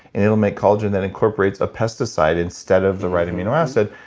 it'll make collagen that incorporates a pesticide instead of the right amino acid.